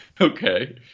Okay